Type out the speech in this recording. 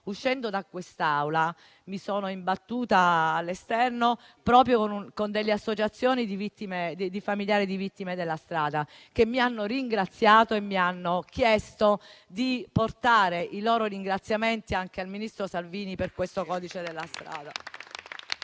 uscendo da quest'Aula, mi sono imbattuta in alcuni rappresentanti delle associazioni di familiari di vittime della strada, che mi hanno ringraziato e mi hanno chiesto di portare i loro ringraziamenti anche al ministro Salvini per questo codice della strada.